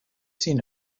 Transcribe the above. seen